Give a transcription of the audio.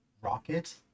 Rocket